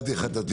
מה עשית?